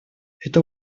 это